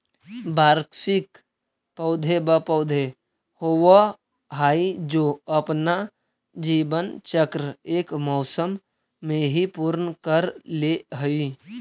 वार्षिक पौधे व पौधे होवअ हाई जो अपना जीवन चक्र एक मौसम में ही पूर्ण कर ले हई